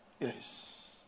Yes